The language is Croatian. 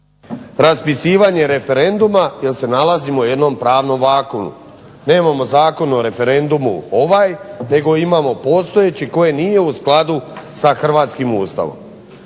raspisivanje referenduma jer se nalazimo u jednom pravnom vakuumu. Nemamo Zakon o referendumu ovaj, nego imamo postojeći koji nije u skladu sa hrvatskim Ustavom.